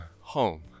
home